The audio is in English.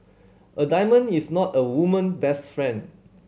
a diamond is not a woman best friend